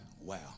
Wow